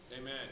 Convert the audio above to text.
Amen